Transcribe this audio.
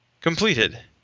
completed